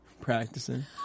Practicing